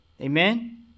Amen